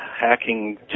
hacking